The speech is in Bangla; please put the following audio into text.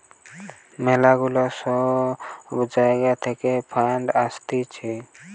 ম্যালা গুলা সব জাগা থাকে ফান্ড আসতিছে